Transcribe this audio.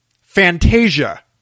Fantasia